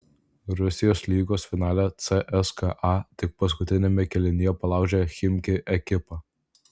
rusijos lygos finale cska tik paskutiniame kėlinyje palaužė chimki ekipą